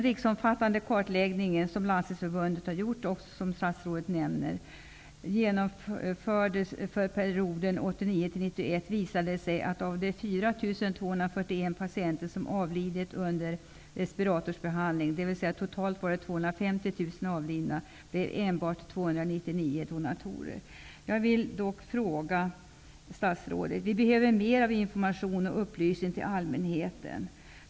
Landstingsförbundet har gjort och som statsrådet nämner, vilken genomfördes för perioden 1989-- 1991, visade det sig att av 4 241 patienter som avlidit under respiratorbehandling -- totalt var det Vi behöver mer av information och upplysning till allmänheten.